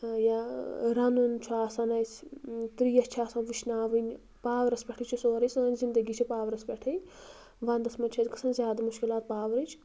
یا رَنُن چھُ آسان اَسہِ ترٛیش چھِ آسان وٕشناوٕنۍ پاورَس پٮ۪ٹھٕے چھُ سورُے سٲنۍ زندگی چھِ پاورَس پٮ۪ٹھٕے ونٛدَس منٛز چھُ اَسہِ گژھان زیادٕ مُشکِلات پاورٕچ